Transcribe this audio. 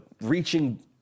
reaching